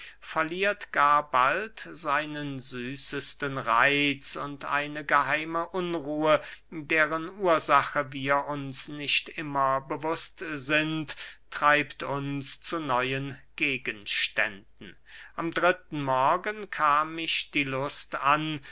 verliert gar bald seinen süßesten reitz und eine geheime unruhe deren ursache wir uns nicht immer bewußt sind treibt uns zu neuen gegenständen am dritten morgen kam mich die lust an